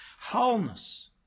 wholeness